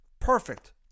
Perfect